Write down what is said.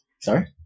Sorry